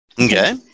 Okay